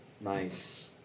Nice